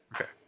Okay